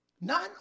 None